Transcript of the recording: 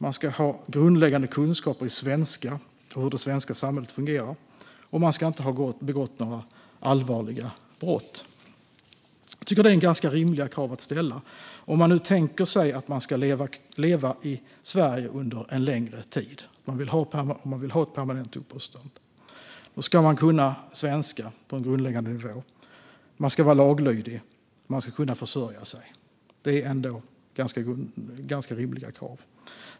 Man ska ha grundläggande kunskaper i svenska och hur det svenska samhället fungerar, och man ska inte ha begått några allvarliga brott. Jag tycker att det här är ganska rimliga krav att ställa. Om man nu tänker sig att man ska leva i Sverige en längre tid och vill ha permanent uppehållstillstånd, då ska man kunna svenska på en grundläggande nivå. Man ska vara laglydig, och man ska kunna försörja sig. Det är ändå ganska rimliga krav.